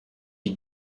you